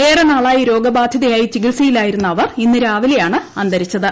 ഏറെ നാളായി രോഗബാധിതയായി ചികിത്സയിലായിരുന്ന അവർ ഇന്ന് രാവിലെയാണ് അന്തരിച്ചത്